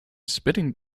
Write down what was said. spitting